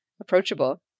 approachable